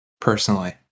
personally